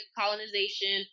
colonization